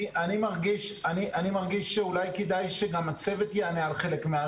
אני מרגיש שאולי כדאי שגם הצוות יענה על חלק מהשאלות.